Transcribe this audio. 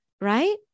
right